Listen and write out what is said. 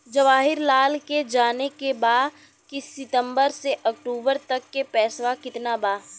जवाहिर लाल के जाने के बा की सितंबर से अक्टूबर तक के पेसवा कितना बा?